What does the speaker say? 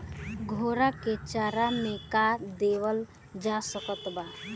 घोड़ा के चारा मे का देवल जा सकत बा?